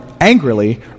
angrily